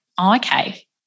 Okay